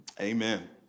amen